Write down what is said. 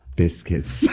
biscuits